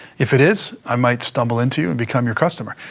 if it is, i might stumble into you and become your customer.